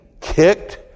kicked